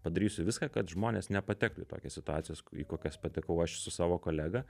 padarysiu viską kad žmonės nepatektų į tokias situacijas į kokias patekau aš su savo kolega